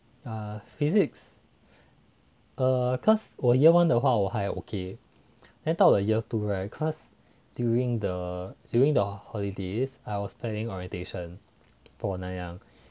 err physics err cause 我 year one 的话我还有 okay then 到 year two right cause during the during the holidays I was planning orientation for nanyang